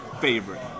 favorite